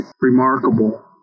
remarkable